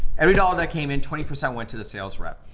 every dollar that came in twenty percent went to the sales rep.